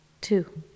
two